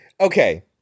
Okay